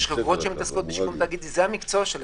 יש חברות שמתעסקות בשיקום תאגידים זה המקצוע שלהן.